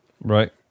Right